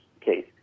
case